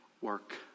work